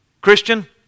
Christian